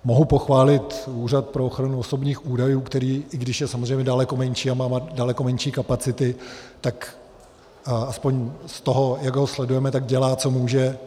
Mohu pochválit Úřad pro ochranu osobních údajů, který, i když je samozřejmě daleko menší a má daleko menší kapacity, tak aspoň z toho, jak ho sledujeme, tak dělá, co může.